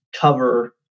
cover